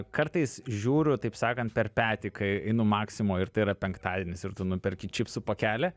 kartais žiūriu taip sakant per petį kai einu maksimoj ir tai yra penktadienis ir tu nuperki čipsų pakelį